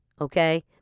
okay